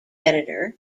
editor